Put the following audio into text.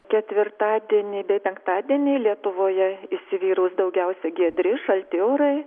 ketvirtadienį bei penktadienį lietuvoje įsivyraus daugiausia giedri šalti orai